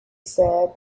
said